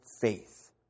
faith